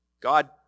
God